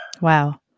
Wow